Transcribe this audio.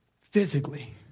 physically